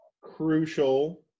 crucial